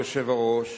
כבוד היושב-ראש,